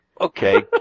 Okay